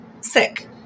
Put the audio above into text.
sick